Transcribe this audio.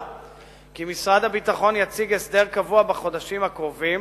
כי משרד הביטחון יציג הסדר קבוע בחודשים הקרובים.